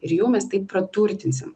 ir jau mes taip praturtinsim